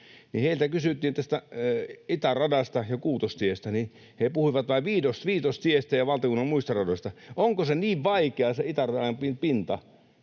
heiltä kysyttiin itäradasta ja Kuutostiestä, niin he puhuivat vain Viitostiestä ja valtakunnan muista radoista. Onko se itäradan pinta